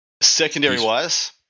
Secondary-wise